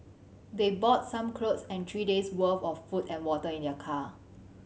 they brought some clothes and three days' worth of food and water in their car